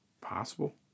Possible